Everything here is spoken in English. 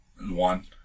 one